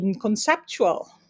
conceptual